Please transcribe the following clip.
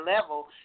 level